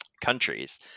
countries